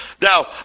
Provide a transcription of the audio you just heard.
Now